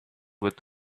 with